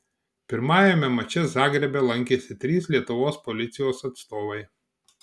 pirmajame mače zagrebe lankėsi trys lietuvos policijos atstovai